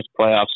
playoffs